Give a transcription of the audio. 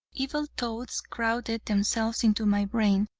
evil thoughts crowded themselves into my brain.